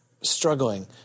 struggling